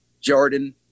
Jordan